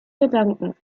gedanken